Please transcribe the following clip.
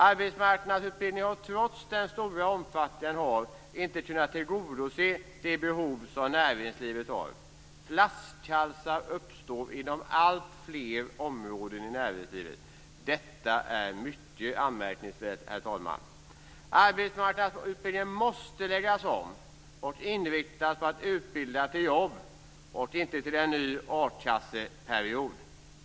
Arbetsmarknadsutbildningen har trots den stora omfattningen inte kunnat tillgodose det behov som näringslivet har. Flaskhalsar uppstår inom alltfler områden i näringslivet. Detta är mycket anmärkningsvärt, herr talman. Arbetsmarknadsutbildningen måste läggas om och inriktas på att utbilda till jobb och inte en ny akasseperiod.